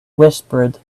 whispered